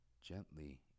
Gently